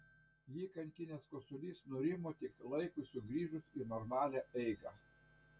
jį kankinęs kosulys nurimo tik laikui sugrįžus į normalią eigą